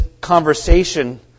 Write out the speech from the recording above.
conversation